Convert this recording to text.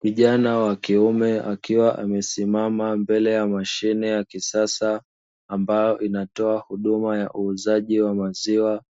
Kijana wa kiume akiwa amesimama mbele ya mashine ya kisasa ambayo inatoa huduma ya uuzaji wa maziwa,